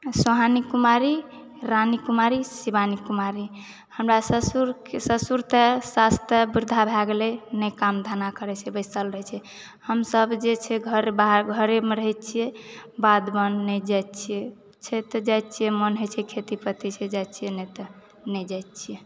सोहानी कुमारी रानी कुमारी शिवानी कुमारी हमरा ससुर ससुर तऽ साउस तऽ वृद्धा भए गेलय नहि काम धंधा करैत छै बसिल रहैत छै हमसभ जे छै घर बाहर घरेमे रहैत छियै बाध बन नहि जाइत छियै छै तऽ जाइत छियै मन होइत छै खेती पतीछै जाइत छियै नहि तऽ नहि जाइत छियै